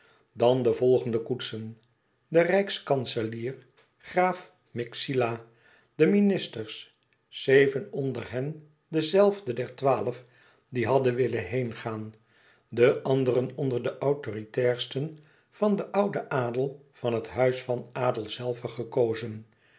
dan de volgende koetsen de rijkskanselier graaf myxila de ministers zeven onder hen de zelfde der twaalf die hadden willen heengaan de anderen onder de autoritairsten van den ouden adel van het huis van adel zelve gekozen